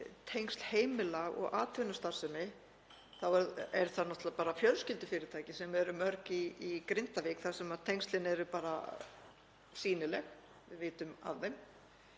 tengsl heimila og atvinnustarfsemi þá eru það náttúrlega fjölskyldufyrirtækin, sem eru mörg í Grindavík, þar sem tengslin eru bara sýnileg og við vitum af þeim.